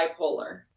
bipolar